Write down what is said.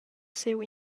siu